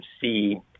see